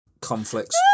conflicts